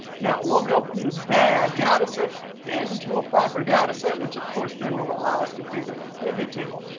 now, we'll go from this bad data set into a proper data set, which of course then will allow us to create a pivot table.